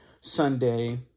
Sunday